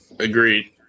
Agreed